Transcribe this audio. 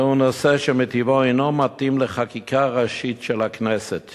זהו נושא שמטבעו אינו מתאים לחקיקה ראשית של הכנסת